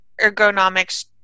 ergonomics